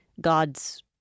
God's